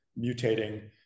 mutating